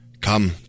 come